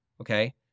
okay